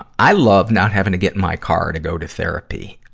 i love not having to get in my car to go to therapy.